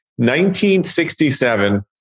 1967